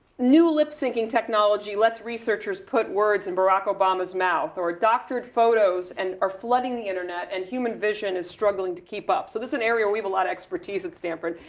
new lip synching technology lets researchers put words in barack obama's mouth. or doctored photos and are flooding the internet. and human vision is struggling to keep up. so this scenario, we have a lot of expertise at stanford.